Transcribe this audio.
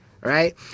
right